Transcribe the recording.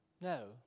No